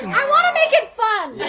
i want to make it fun.